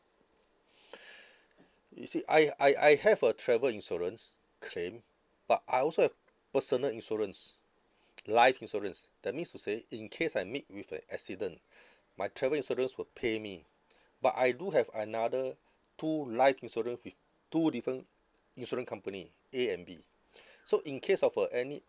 you see I I I have a travel insurance claim but I also have personal insurance life insurance that means to say in case I meet with a accident my travel insurance will pay me but I do have another two life insurance with two different insurance company A and B so in case of uh any